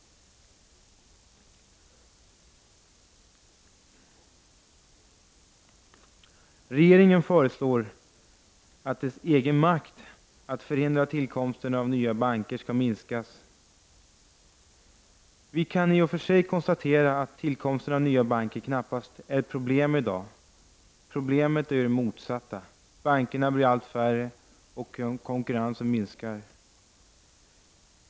Regeringen föreslår att dess egen makt att förhindra tillkomsten av nya banker skall minskas. Vi kan i och för sig konstatera att tillkomsten av nya banker knappast är ett problem i dag. Problemet är ju det motsatta — bankerna blir allt färre och konkurrensen minskar.